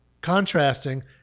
contrasting